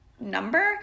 number